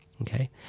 Okay